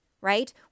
right